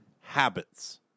habits